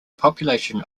population